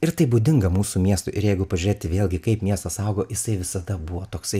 ir tai būdinga mūsų miestui ir jeigu pažiūrėti vėlgi kaip miestas augo jisai visada buvo toksai